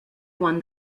one